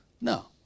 No